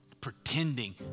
pretending